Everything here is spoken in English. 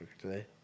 today